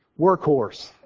workhorse